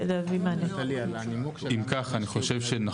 אם כך, אני חושב שיהיה